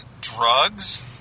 drugs